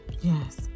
Yes